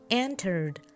entered